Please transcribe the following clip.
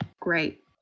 Great